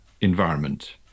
environment